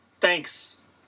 Thanks